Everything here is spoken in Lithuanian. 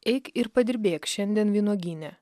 eik ir padirbėk šiandien vynuogyne